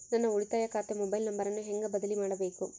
ನನ್ನ ಉಳಿತಾಯ ಖಾತೆ ಮೊಬೈಲ್ ನಂಬರನ್ನು ಹೆಂಗ ಬದಲಿ ಮಾಡಬೇಕು?